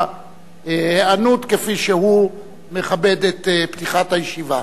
היענות כפי שהוא מכבד את פתיחת הישיבה.